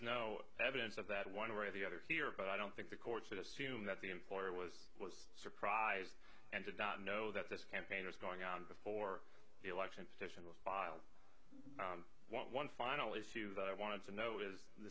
no evidence of that one way or the other here but i don't think the courts assume that the employer was was surprised and did not know that this campaign was going on before the election station was filed one final issue that i wanted to know is the